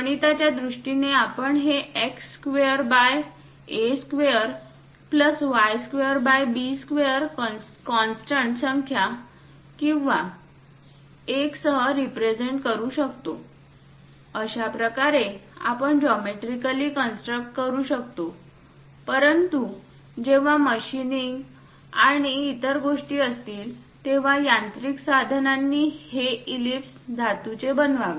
गणिताच्या दृष्टीने आपण हे x square by a square plus y square by b square constant संख्या किंवा 1 सह रिप्रेझेंट करू शकतो अशाप्रकारे आपण जॉमेट्रीकली कन्स्ट्रक्ट करू शकतो परंतु जेव्हा मशीनिंग आणि इतर गोष्टी असतील तेव्हा यांत्रिक साधनांनी हे ईलिप्स धातूचे बनवावे